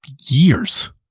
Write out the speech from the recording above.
years